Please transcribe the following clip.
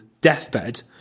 deathbed